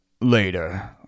later